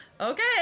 Okay